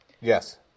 Yes